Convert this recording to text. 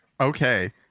Okay